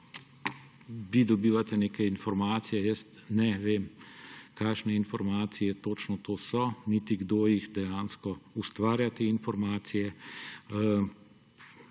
vi dobivate neke informacije, jaz ne vem, kakšne informacije točno to so niti kdo jih dejansko ustvarja, zato